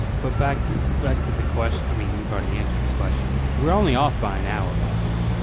but back to back to the question. i mean, we've already answered the question. we're only off by an hour by the way.